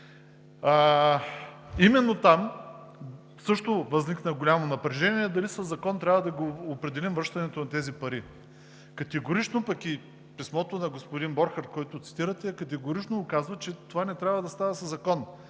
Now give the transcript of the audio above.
Именно там възникна голямо напрежение – дали със закон трябва да определим връщането на тези пари. Категорично, а и писмото на господин Борхард, което цитирате, категорично казва, че това не трябва да става със закон.